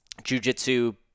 jujitsu